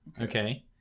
Okay